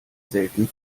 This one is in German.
selten